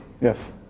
Yes